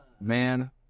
Man